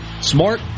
smart